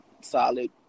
solid